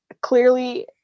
clearly